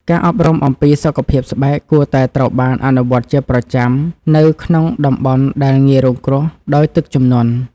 ការអប់រំអំពីសុខភាពស្បែកគួរតែត្រូវបានអនុវត្តជាប្រចាំនៅក្នុងតំបន់ដែលងាយរងគ្រោះដោយទឹកជំនន់។